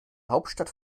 hauptstadt